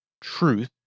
truth